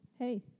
Hey